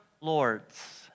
Lord's